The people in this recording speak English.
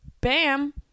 bam